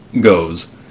goes